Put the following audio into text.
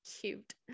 Cute